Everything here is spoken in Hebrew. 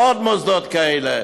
עוד מוסדות כאלה,